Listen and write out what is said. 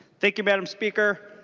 thank you but mme. speaker.